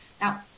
Now